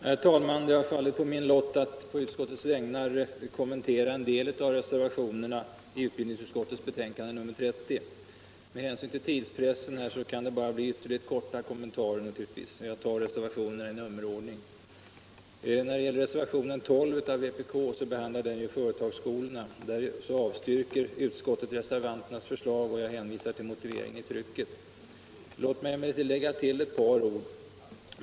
Herr talman! Det har fallit på min lott att på utbildningsutskottets vägnar kommentera en del av de reservationer som fogats till utbildningsutskottets betänkande nr 30. Med hänsyn till tidspressen kan det bara bli ytterligt korta kommentarer. Jag tar reservationerna i nummerordning. Reservationen 12 av vpk behandlar företagsskolorna. Utskottet avstyrker reservanternas förslag, och jag hänvisar till motiveringen i trycket. Låt mig emellertid lägga till ett par ord.